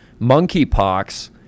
monkeypox